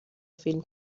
فیلم